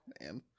man